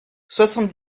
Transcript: soixante